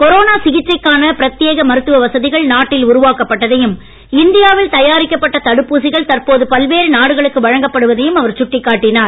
corona சிகிச்சைக்கான பிரத்யேக மருத்துவ வசதிகள் நாட்டில் உருவாக்கப்பட்டதையும் இந்தியாவில் தயாரிக்கப்பட்ட தடுப்பூசிகள் தற்போது பல்வேறு நாடுகளுக்கு வழங்கப்படுவதையும் அவர் சுட்டிக் காட்டினார்